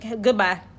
Goodbye